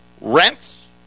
Rents